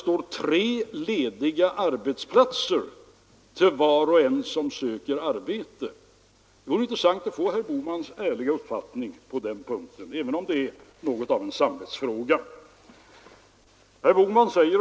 Utan att lägga ut texten närmare kan jag försäkra herr Burenstam Linder, att det blev en kort stund av lycka för honom här i talarstolen.